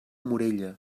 morella